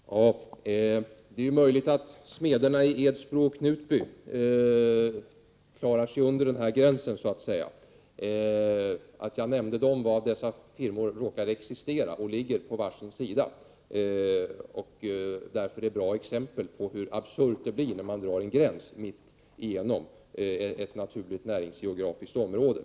Fru talman! Det är möjligt att smederna i Edsbro och Knutby inte överskrider beloppsgränsen i detta sammanhang. Att jag nämnde dessa beror på att de råkar ha verksamhet på ömse sidor om kommungränsen. Jag tyckte således att nämnda verksamheter tjänade som goda exempel på hur absurt det kan bli när man drar en sådan här gräns rakt genom ett naturligt näringsgeografiskt område.